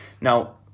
Now